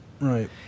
right